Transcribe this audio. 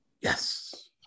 Yes